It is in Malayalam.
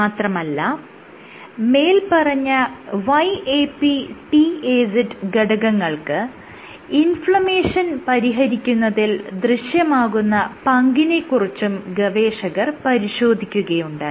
മാത്രമല്ല മേല്പറഞ്ഞ YAPTAZ ഘടകങ്ങൾക്ക് ഇൻഫ്ലമേഷൻ പരിഹരിക്കുന്നതിൽ ദൃശ്യമാകുന്ന പങ്കിനെ കുറിച്ചും ഗവേഷകർ പരിശോധിക്കുകയുണ്ടായി